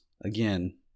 Again